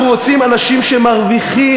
אנחנו רוצים אנשים שמרוויחים,